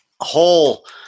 whole